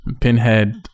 Pinhead